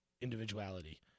individuality